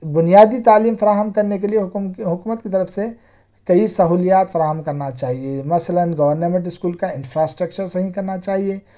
بنیادی تعلیم فراہم کرنے کے لئے حکم حکومت کی طرف سے کئی سہولیات فراہم کرنا چاہیے مثلاً گورنمینٹ اسکول کا انفرا سٹریکچر صحیح کرنا چاہیے